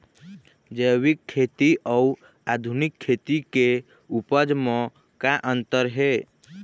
जैविक खेती अउ आधुनिक खेती के उपज म का अंतर हे?